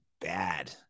bad